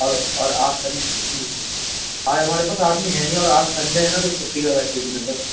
اور اور آج سنی جی آج ہمارے پاس آدمی ہیں نہیں اور آج سنڈے ہے نا تو چھٹی کا ویسے ہی دن ہے سر